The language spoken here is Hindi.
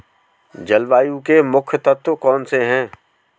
जलवायु के मुख्य तत्व कौनसे हैं?